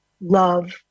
love